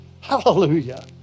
Hallelujah